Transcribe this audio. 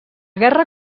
guerra